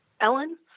Ellen